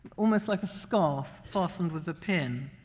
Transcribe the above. almost like a scarf fastened with a pin.